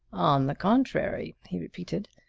on the contrary, he repeated,